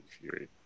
Fury